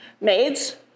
maids